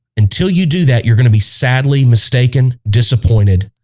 until you do that you're gonna be sadly mistaken disappointed